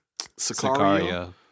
Sicario